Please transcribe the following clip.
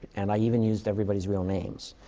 and i even used everybody's real names.